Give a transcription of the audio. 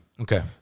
Okay